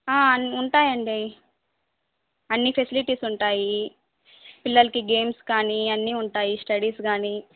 అ ఉంటాయండి అన్నీ ఫెసిలిటీస్ ఉంటాయి పిల్లలకి గేమ్స్ కానీ అన్నీ ఉంటాయి స్టడీస్ కానీ